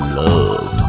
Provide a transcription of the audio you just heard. love